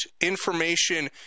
information